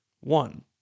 one